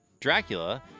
Dracula